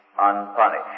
unpunished